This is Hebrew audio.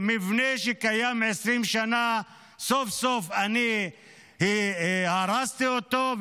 מבנה שקיים 20 שנה, סוף-סוף הרסתי אותו.